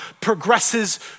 progresses